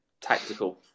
Tactical